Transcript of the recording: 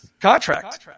contract